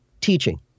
teaching